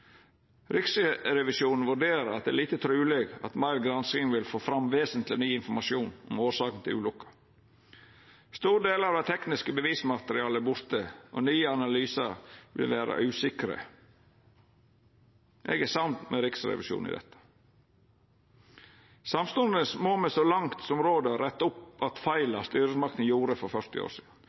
Riksrevisjonen vurderer at det er lite truleg at meir gransking vil få fram vesentleg ny informasjon om årsaka til ulukka. Store deler av det tekniske bevismaterialet er borte, og nye analysar vil vera usikre. Eg er samd med Riksrevisjonen i dette. Samstundes må me så langt som råd er, retta opp att feila som styresmaktene gjorde for 40 år sidan.